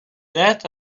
that